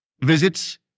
visits